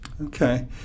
Okay